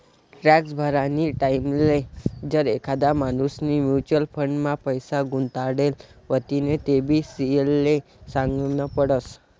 tax भरानी टाईमले जर एखादा माणूसनी म्युच्युअल फंड मा पैसा गुताडेल व्हतीन तेबी सी.ए ले सागनं पडस